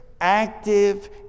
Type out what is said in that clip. active